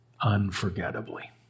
unforgettably